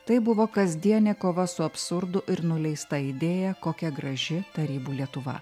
tai buvo kasdienė kova su absurdu ir nuleista idėja kokia graži tarybų lietuva